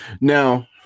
Now